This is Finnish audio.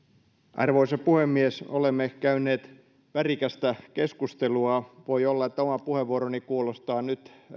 arvoisa puhemies olemme käyneet värikästä keskustelua voi olla että oma puheenvuoroni kuulostaa nyt